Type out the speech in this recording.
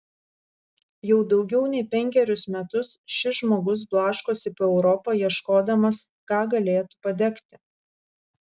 jau daugiau nei penkerius metus šis žmogus blaškosi po europą ieškodamas ką galėtų padegti